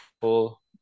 full